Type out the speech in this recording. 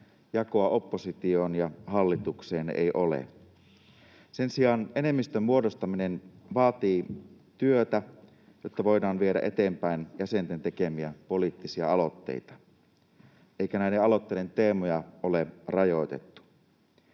Jakoa oppositioon ja hallitukseen ei ole. Sen sijaan enemmistön muodostaminen vaatii työtä, jotta voidaan viedä eteenpäin jäsenten tekemiä poliittisia aloitteita, eikä näiden aloitteiden teemoja ole rajoitettu.